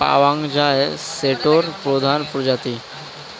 পাওয়াং যাই সেটোর প্রধান প্রজাতি